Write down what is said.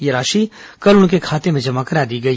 ये राशि कल उनके खाते में जमा करा दी गई